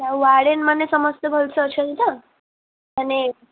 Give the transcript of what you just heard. ଆଉ ୱାଡ଼େନ୍ ମାନେ ସମସ୍ତେ ଭଲସେ ଅଛନ୍ତି ତ ମାନେ